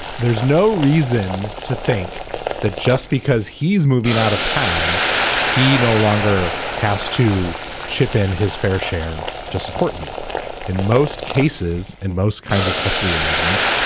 there's no reason to think that just because he's moving out of town he no longer has to chip in his fair share to support you in most cases and most kinds of custody arrangements.